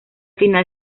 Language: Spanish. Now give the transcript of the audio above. final